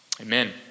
Amen